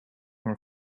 more